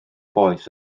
boeth